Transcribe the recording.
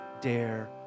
dare